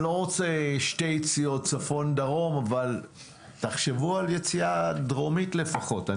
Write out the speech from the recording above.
אני לא רוצה שתי יציאות צפון ודרום אבל תחשבו על יציאה דרומית לפחות.